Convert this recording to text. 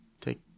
take